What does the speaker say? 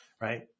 right